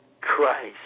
Christ